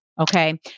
Okay